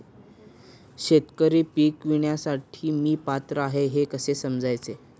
शेतकरी पीक विम्यासाठी मी पात्र आहे हे कसे समजायचे?